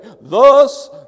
Thus